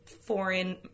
foreign